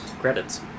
credits